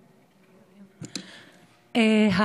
בבקשה.